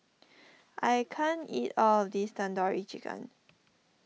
I can't eat all of this Tandoori Chicken